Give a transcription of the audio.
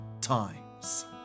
times